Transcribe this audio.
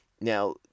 Now